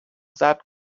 that